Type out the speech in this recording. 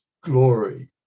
glory